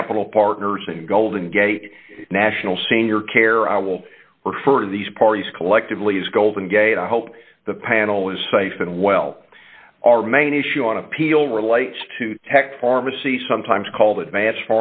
capital partners in golden gate national senior care i will refer to these parties collectively as golden gate i hope the panel is safe and well our main issue on appeal relates to tech pharmacy sometimes called advance